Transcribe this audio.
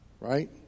right